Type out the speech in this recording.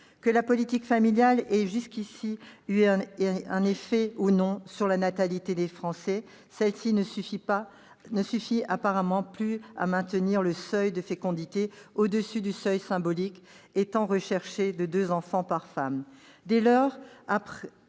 Que la politique familiale ait, jusqu'ici, eu un effet ou non sur la natalité des Français, celle-ci ne suffit apparemment plus à maintenir le seuil de fécondité au-dessus du seuil symbolique et tant recherché de deux enfants par femme.